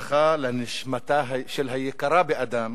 ברכה לנשמתה של היקרה באדם,